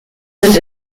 sind